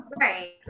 right